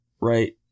Right